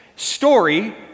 Story